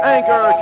Anchor